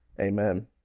Amen